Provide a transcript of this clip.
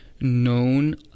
known